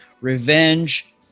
Revenge